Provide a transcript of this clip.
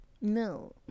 No